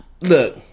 look